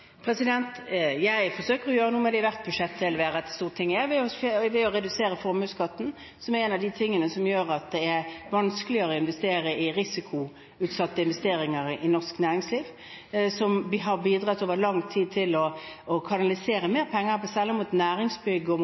Jeg forsøker å gjøre noe med det i hvert budsjett vi leverer til Stortinget ved å redusere formuesskatten. Formuesskatten er noe av det som gjør at det er vanskeligere å investere i risikoutsatte investeringer i norsk næringsliv, som vi har bidratt over lang tid til å kanalisere mer penger på, særlig mot næringsbygg og